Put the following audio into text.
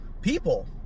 people